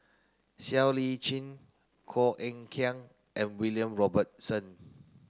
Siow Lee Chin Koh Eng Kian and William Robinson